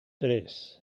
tres